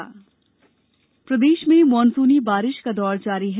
मौसम प्रदेश में मानसूनी बारिश का दौर जारी है